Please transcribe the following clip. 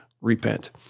repent